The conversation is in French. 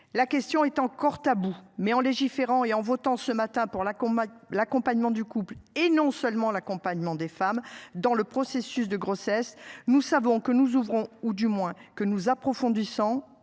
La question est encore tabou mais en légiférant et en votant ce matin pour la combattre l'accompagnement du couple et non seulement l'accompagnement des femmes dans le processus de grossesse. Nous savons que nous ouvrons ou du moins que nous approfondissant